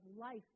life